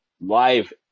live